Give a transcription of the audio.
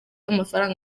amafaranga